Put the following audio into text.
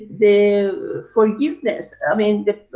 the forgiveness. i mean the.